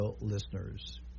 listeners